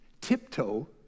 tiptoe